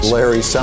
Larry